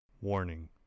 Warning